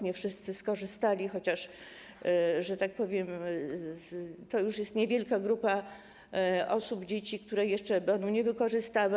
Nie wszyscy skorzystali, chociaż, że tak powiem, to już jest niewielka grupa osób, dzieci, które jeszcze bonu nie wykorzystały.